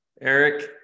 Eric